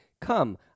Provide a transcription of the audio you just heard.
Come